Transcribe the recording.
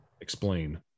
explain